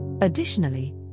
Additionally